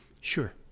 Sure